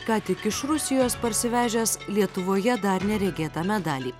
ką tik iš rusijos parsivežęs lietuvoje dar neregėtą medalį